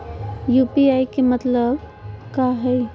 UPI के का मतलब हई?